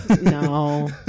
no